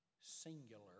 singular